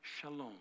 shalom